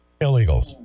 illegals